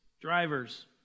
drivers